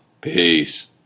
Peace